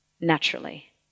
naturally